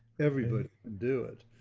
everybody and do it.